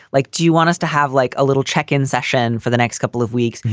like, do you want us to have like a little check-ins session for the next couple of weeks?